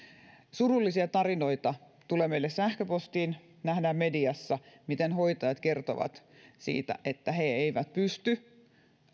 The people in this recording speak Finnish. surullisia tarinoita tulee meille sähköpostiin nähdään mediassa miten hoitajat kertovat siitä että he eivät pysty